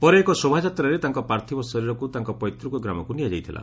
ପରେ ଏକ ଶୋଭାଯାତ୍ରାରେ ତାଙ୍ ପାର୍ଥିବ ଶରୀରକୁ ତାଙ୍ ପୈତୃକ ଗ୍ରାମକୁ ନିଆଯାଇଥିଲା